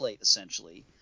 essentially